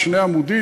על שני עמודים: